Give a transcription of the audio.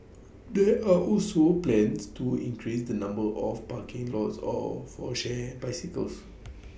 there are also plans to increase the number of parking lots of for shared bicycles